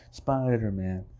spider-man